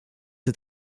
het